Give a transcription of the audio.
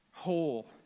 whole